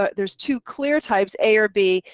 but there's two clear types a or b,